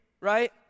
right